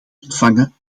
ontvangen